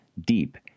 deep